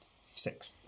six